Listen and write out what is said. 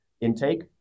intake